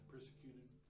persecuted